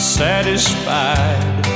satisfied